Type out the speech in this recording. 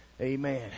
Amen